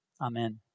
Amen